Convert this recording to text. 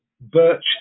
Birch